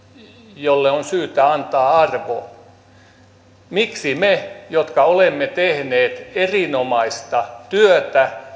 jolle on syytä antaa arvoa miksi juuri meitä jotka olemme tehneet erinomaista työtä